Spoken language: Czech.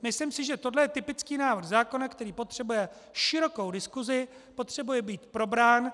Myslím si, že tohle je typický návrh zákona, který potřebuje širokou diskusi, potřebuje být probrán.